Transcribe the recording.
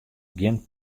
gjin